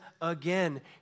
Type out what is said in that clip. again